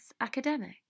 academic